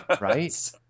Right